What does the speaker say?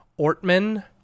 Ortman